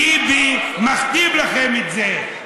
ביבי מכתיב לכם את זה.